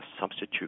substitute